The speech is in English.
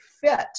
fit